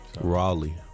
Raleigh